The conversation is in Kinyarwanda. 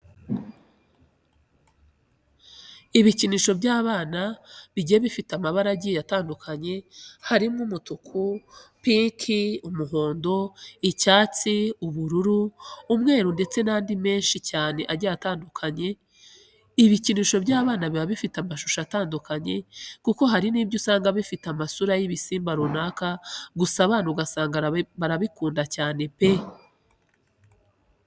Ibikinisho by'abana bigiye bifite amabara agiye atandukanye harimo umutuku, pinki, umuhondo, icyatsi, ubururu, umweru ndetse n'andi menshi cyane agiye atandukanye. Ibikinisho by'abana biba bifite amashusho atandukanye kuko hari n'ibyo usanga bifite amasura y'ibisimba runaka gusa abana ugasanga barabikunda cyane pe!